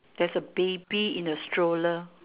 there's a baby in a stroller